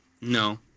No